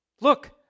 look